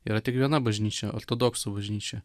yra tik viena bažnyčia ortodoksų bažnyčia